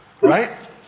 Right